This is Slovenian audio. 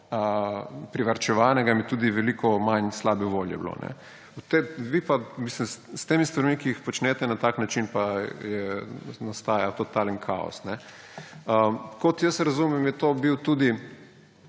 privarčevanega in tudi veliko manj slabe volje bi bilo. S temi stvarmi, ki jih počnete na tak način, pa nastaja totalen kaos. Kot jaz razumem, je to bila tudi